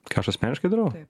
ką aš asmeniškai darau